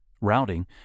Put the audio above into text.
routing